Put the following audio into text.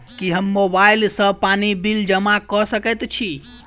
की हम मोबाइल सँ पानि बिल जमा कऽ सकैत छी?